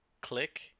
click